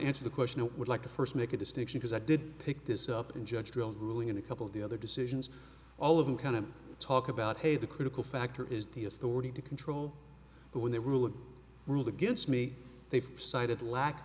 answer the question it would like to first make a distinction because i did pick this up in judge drills ruling and a couple of the other decisions all of them kind of talk about hey the critical factor is the authority to control but when they rule of rule against me they cited lack